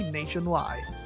nationwide